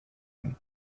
him